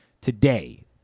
Today